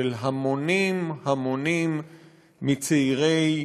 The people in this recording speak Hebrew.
של המונים המונים מצעירי